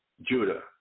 Judah